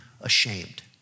ashamed